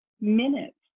minutes